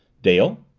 dale,